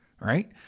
right